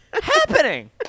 happening